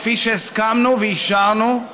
כפי שהסכמנו ואישרנו,